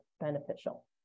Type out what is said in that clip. beneficial